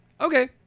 okay